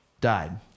died